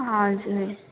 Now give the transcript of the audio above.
हजुर हजुर